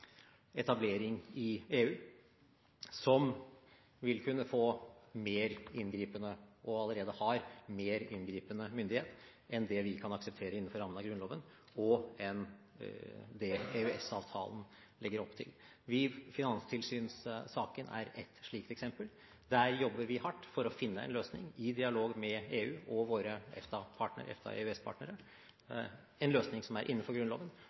etablering i EU som vil kunne få – og allerede har – mer inngripende myndighet enn det vi kan akseptere innenfor rammen av Grunnloven og det EØS-avtalen legger opp til. Finanstilsynssaken er ett slikt eksempel. Der jobber vi hardt for å finne en løsning i dialog med EU og våre EFTA-/EØS-partnere, en løsning som er innenfor Grunnloven,